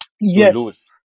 Yes